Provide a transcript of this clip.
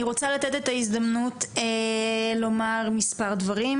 אני רוצה לתת את ההזדמנות לומר מספר דברים